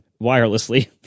wirelessly